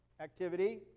Activity